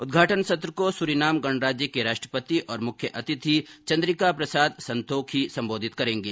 उद्घाटन सत्र को सूरीनाम गणराज्य के राष्ट्रपति और मुख्य अतिथि चंद्रिका प्रसाद संतोखी संबोधित करेंगे